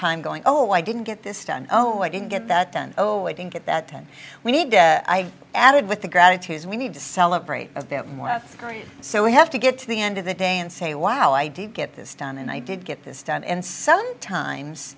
time going oh i didn't get this done oh i didn't get that done oh we didn't get that ten we need i added with the gratitude we need to celebrate a bit more so we have to get to the end of the day and say wow i didn't get this done and i did get this done and sometimes